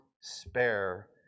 spare